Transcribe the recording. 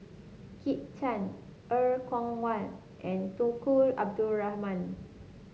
Kit Chan Er Kwong Wah and Tunku Abdul Rahman